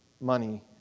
money